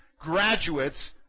graduates